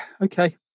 Okay